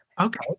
okay